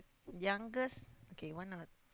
youngest okay one of